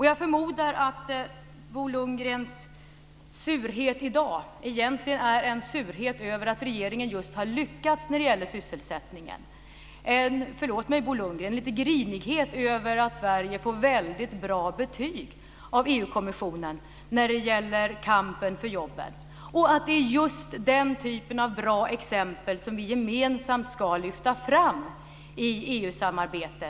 Jag förmodar att Bo Lundgrens surhet i dag egentligen är en surhet över att regeringen just har lyckats när det gäller sysselsättningen. Förlåt mig, Bo Lundgren, men det är lite av grinighet över att Sverige får väldigt bra betyg av EU-kommissionen när det gäller kampen för jobben. Det är dock just den typen av bra exempel som vi gemensamt ska lyfta fram i EU-samarbetet.